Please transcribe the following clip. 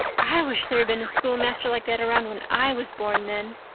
i wish there had been a schoolmaster like that around when i was born, then.